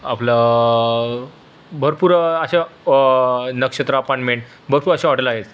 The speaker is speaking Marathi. आपलं भरपूर अशा नक्षत्र अपार्टमेंट भरपूर अशा हॉटेल आहेत